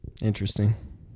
Interesting